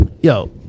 yo